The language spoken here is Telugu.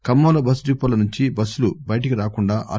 ఖమ్మంలో బస్ డిపోల నుంచి బస్సులు బయటికి రాకుండా ఆర్